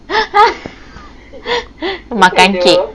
makan cake